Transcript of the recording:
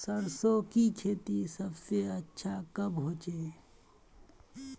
सरसों खेती सबसे अच्छा कब होचे?